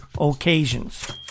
occasions